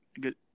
good